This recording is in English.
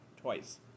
twice